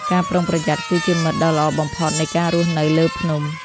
ការប្រុងប្រយ័ត្នគឺជាមិត្តដ៏ល្អបំផុតនៃការរស់នៅលើភ្នំ។